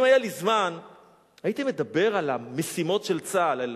אם היה לי זמן הייתי מדבר על המשימות של צה"ל.